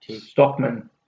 Stockman